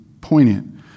poignant